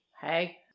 hey